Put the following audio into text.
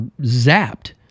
zapped